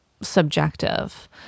subjective